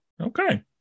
Okay